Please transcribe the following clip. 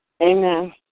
Amen